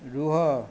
ରୁହ